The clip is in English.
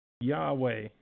Yahweh